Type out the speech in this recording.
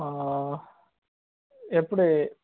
ஆ எப்படி